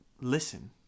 listen